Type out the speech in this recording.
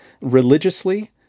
religiously